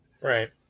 Right